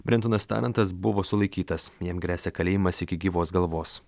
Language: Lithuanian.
brentonas tarantas buvo sulaikytas jam gresia kalėjimas iki gyvos galvos